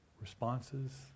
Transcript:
responses